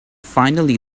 finally